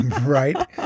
Right